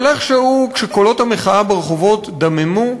אבל איכשהו, כשקולות המחאה ברחובות דממו,